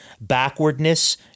backwardness